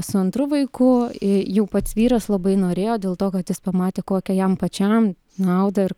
su antru vaiku jau pats vyras labai norėjo dėl to kad jis pamatė kokią jam pačiam naudą ir